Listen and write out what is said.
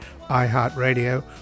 iHeartRadio